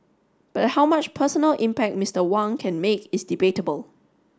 but how much personal impact Mister Wang can make is debatable